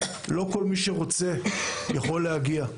לא כל מי שרוצה יכול להגיע.